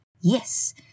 Yes